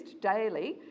daily